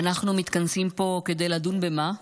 ואנחנו מתכנסים פה כדי לדון במה?